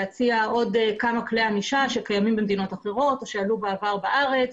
להציע עוד כמה כלי ענישה שקיימים במדינות אחרות או שעלו בעבר בארץ,